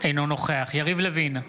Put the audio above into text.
אינו נוכח יריב לוין,